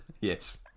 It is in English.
yes